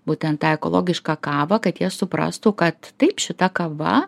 būtent tą ekologišką kavą kad jie suprastų kad taip šita kava